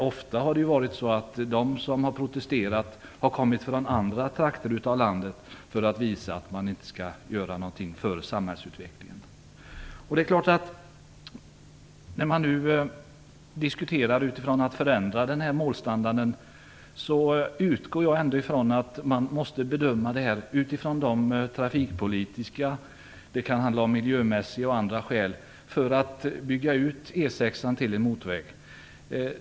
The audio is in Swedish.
Ofta har de som har protesterat kommit från andra trakter av landet för att visa att man inte skall göra något för samhällsutvecklingen. När man nu diskuterar att förändra målstandarden utgår jag ifrån att man måste bedöma utbyggnaden av E 6 till motorväg utifrån trafikpolitiska, miljömässiga och andra skäl.